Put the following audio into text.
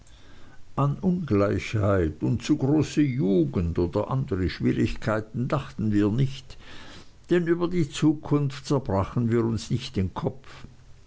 an ungleichheit und zu große jugend oder andere schwierigkeiten dachten wir nicht denn über die zukunft zerbrachen wir uns nicht den kopf